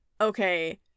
okay